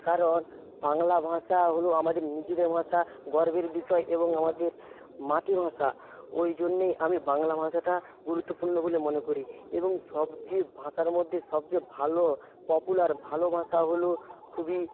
কারণ বাংলা ভাষা হলো আমাদের নিজেদের ভাষা গর্বের বিষয় এবং আমাদের মাতৃভাষা ভাষা ওই জন্যেই আমি বাংলা ভাষাটা গুরুত্বপূর্ণ বলে মনে করি এবং সবচেয়ে ভাষার মধ্যে সবচেয়ে ভালো পপুলার ভালো ভাষা হলো খুবই